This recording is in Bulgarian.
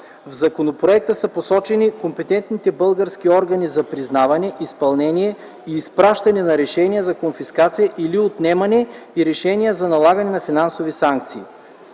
В законопроекта са посочени компетентните български органи за признаване, изпълнение и изпращане на решение за конфискация или отнемане и решения за налагане на финансови санкции.